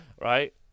right